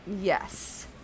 yes